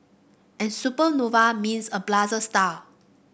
and supernova means a blazing star